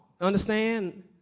understand